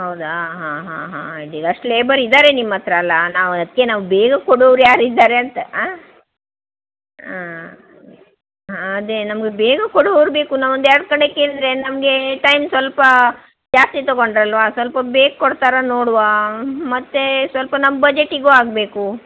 ಹೌದಾ ಹಾಂ ಹಾಂ ಹಾಂ ಅಡ್ಡಿಲ್ಲ ಅಷ್ಟು ಲೇಬರ್ ಇದ್ದಾರೆ ನಿಮ್ಮ ಹತ್ರ ಅಲ್ಲ ನಾವು ಅದಕ್ಕೆ ನಾವು ಬೇಗ ಕೊಡೋರು ಯಾರು ಇದ್ದಾರೆ ಅಂತ ಹಾಂ ಹಾಂ ಹಾಂ ಅದೇ ನಮ್ಗೆ ಬೇಗ ಕೊಡೋರು ಬೇಕು ನಾವು ಒಂದು ಎರ್ಡು ಕಡೆ ಕೇಳಿದ್ರೆ ನಮಗೆ ಟೈಮ್ ಸ್ವಲ್ಪ ಜಾಸ್ತಿ ತಗೊಂಡಿರಲ್ವ ಸ್ವಲ್ಪ ಬೇಗ ಕೊಡ್ತಾರ ನೋಡ್ವಾ ಮತ್ತೆ ಸ್ವಲ್ಪ ನಮ್ಮ ಬಜೆಟಿಗೂ ಆಗಬೇಕು